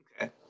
Okay